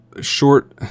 short